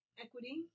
equity